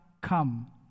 come